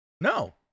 No